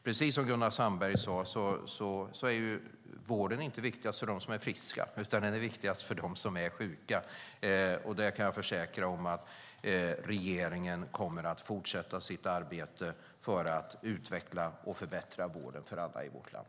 Precis som Gunnar Sandberg sade är vården inte viktigast för de friska, utan den är viktigast för dem som är sjuka. Jag kan försäkra er om att regeringen kommer att fortsätta sitt arbete för att utveckla och förbättra vården för alla i vårt land.